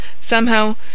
Somehow